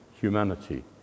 humanity